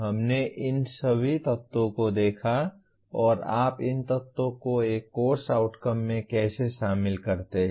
हमने इन सभी तत्वों को देखा और आप इन तत्वों को एक कोर्स आउटकम में कैसे शामिल करते हैं